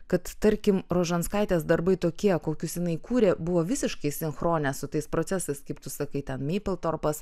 kad tarkim rožanskaitės darbai tokie kokius jinai kūrė buvo visiškai sinchronine su tais procesais kaip tu sakai ten mipil torpas